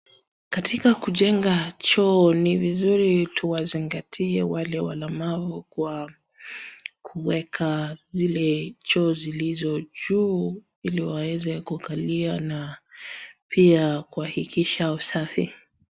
Katika kujenga choo ni vizuri tuwazingatia wale walemavu kwa kuweka zile choo zilizojuu ili waweze kukalia na pia kuhakikisha usafi.